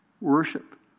worship